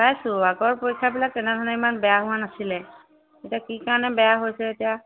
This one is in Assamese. চাইছোঁ আগৰ পৰীক্ষাবিলাক তেনেধৰণে ইমান বেয়া হোৱা নাছিলে এতিয়া কি কাৰণে বেয়া হৈছে এতিয়া